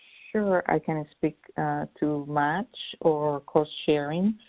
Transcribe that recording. sure, i can speak to match or cost sharing.